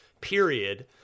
period